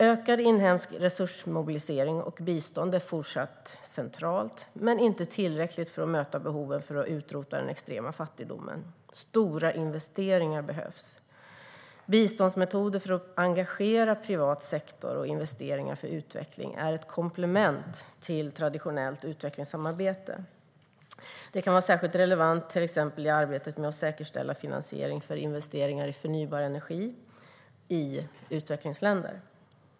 Ökad inhemsk resursmobilisering och bistånd är fortsatt centralt, men inte tillräckligt, för att möta behoven för att utrota den extrema fattigdomen. Stora investeringar behövs. Biståndsmetoder för att engagera privat sektor och investeringar för utveckling är ett komplement till traditionellt utvecklingssamarbete. Det kan vara särskilt relevant till exempel i arbetet med att säkerställa finansiering för investeringar i förnybar energi i utvecklingsländer.